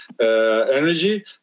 energy